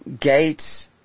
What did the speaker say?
Gates